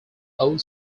old